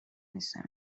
نیستم